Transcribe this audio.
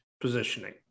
positioning